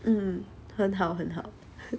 mm 很好很好